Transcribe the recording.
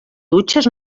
dutxes